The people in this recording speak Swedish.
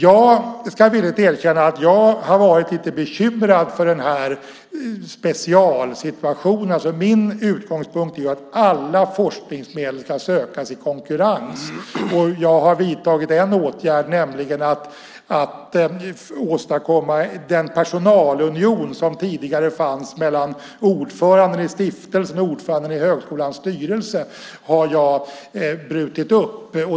Jag ska villigt erkänna att jag har varit lite bekymrad för den här specialsituationen. Min utgångspunkt är att alla forskningsmedel ska sökas i konkurrens. Jag har vidtagit en åtgärd. Jag har brutit upp den personalunion som tidigare fanns mellan ordföranden i stiftelsen och ordföranden i högskolans styrelse.